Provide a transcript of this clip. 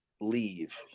leave